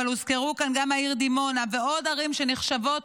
אבל הוזכרו כאן גם העיר דימונה ועוד ערים שנחשבות